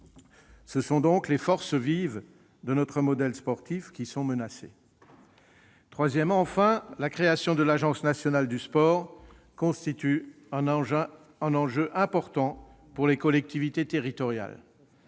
Ce sont donc les forces vives de notre modèle sportif qui sont menacées. Troisièmement, enfin, la création de l'Agence nationale du sport constitue un enjeu important pour les collectivités territoriales.